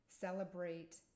Celebrate